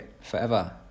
forever